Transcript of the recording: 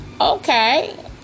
okay